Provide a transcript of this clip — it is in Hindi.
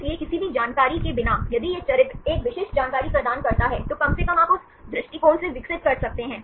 इसलिए किसी भी जानकारी के बिना यदि यह चरित्र एक विशिष्ट जानकारी प्रदान करता है तो कम से कम आप उस दृष्टिकोण से विकसित कर सकते हैं